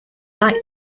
like